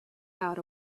out